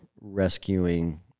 rescuing